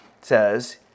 says